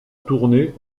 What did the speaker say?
tournée